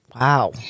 wow